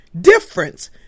difference